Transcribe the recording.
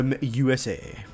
USA